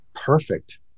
perfect